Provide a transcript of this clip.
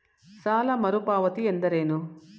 ಸಾಲ ಮರುಪಾವತಿ ಎಂದರೇನು?